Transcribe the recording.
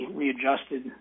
readjusted